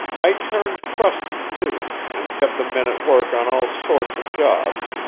i turned crusty, too, and kept the men at work on all sorts of jobs,